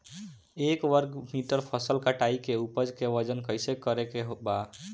एक वर्ग मीटर फसल कटाई के उपज के वजन कैसे करे के बा?